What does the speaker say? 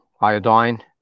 iodine